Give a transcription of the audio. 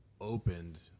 opened